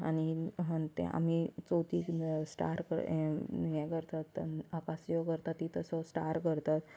आनी ते आमी चवतीक स्टार हें हें करतात आकाशदिवो करतात तीं तसो स्टार करतात